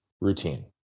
routine